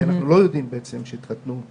כי אנחנו לא יודעים בעצם שהתחתנו.